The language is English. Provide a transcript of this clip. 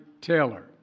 Taylor